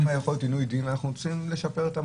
שם יכול להיות עינוי דין אנחנו רוצים לשפר את המערכת,